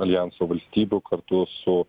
aljanso valstybių kartu su